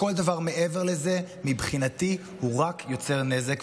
כל דבר מעבר לזה מבחינתי רק יוצר נזק.